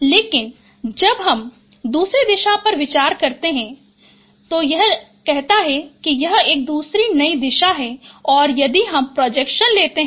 लेकिन जब हम दूसरी दिशा पर विचार करते हैं तो यह कहता है कि यह एक दूसरी नई दिशा है और यदि हम प्रोजेक्शन लेते हैं